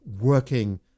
working